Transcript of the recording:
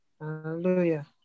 Hallelujah